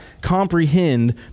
comprehend